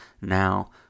now